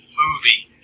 movie